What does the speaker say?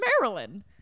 Marilyn